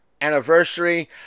anniversary